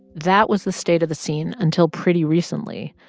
that was the state of the scene until pretty recently.